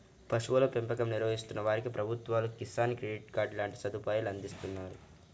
పశువుల పెంపకం నిర్వహిస్తున్న వారికి ప్రభుత్వాలు కిసాన్ క్రెడిట్ కార్డు లాంటి సదుపాయాలను అందిస్తున్నారు